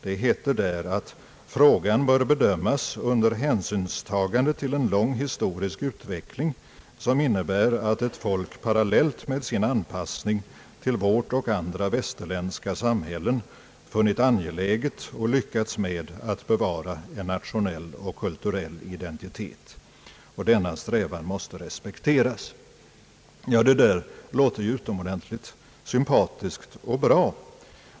Det heter där att frågan »bör bedömas under hänsynstagande till en lång historisk utveckling som innebär att ett folk parallellt med sin anpassning till vårt och andra västerländska samhällen funnit angeläget och lyckats med att bevara en nationell och kulturell identitet». I fortsättningen säger statsrådet att denna strävan måste respekteras. Det där låter ju utomordentligt sympatiskt och bra.